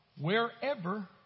wherever